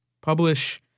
publish